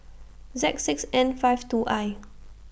Z six N five two I